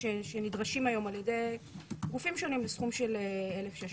הנדרשים היום על ידי גופים שונים - סכום של 1,600